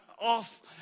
off